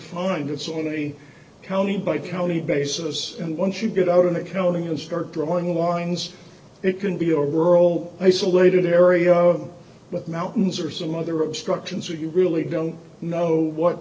fined it's on a county by county basis and once you get out in accounting and start drawing lines it can be a rural isolated area but mountains or some other obstructions you really don't know what